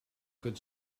good